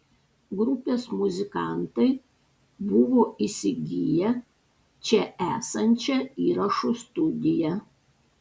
grupės muzikantai buvo įsigiję čia esančią įrašų studiją